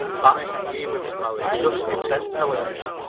banished even from our dusky st. helena.